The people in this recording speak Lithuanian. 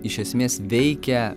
iš esmės veikia